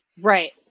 right